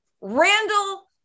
Randall